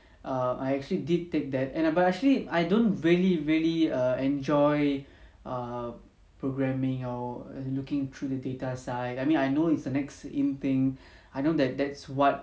err I actually did take that and err but actually I don't really really err enjoy err programming or looking through the data side I mean I know it's the next in thing I know that that's what